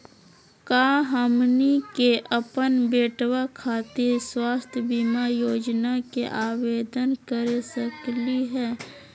का हमनी के अपन बेटवा खातिर स्वास्थ्य बीमा योजना के आवेदन करे सकली हे?